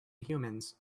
humans